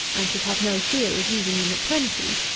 and should have no fear of using them at twenty.